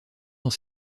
dans